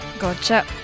Gotcha